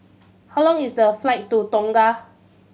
how long is the flight to Tonga